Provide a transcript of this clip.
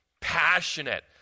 passionate